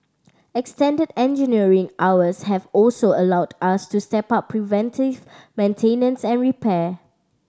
extended engineering hours have also allowed us to step up preventive maintenance and repair